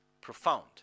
profound